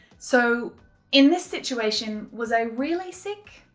so in this situation, was i really sick?